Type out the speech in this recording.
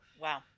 Wow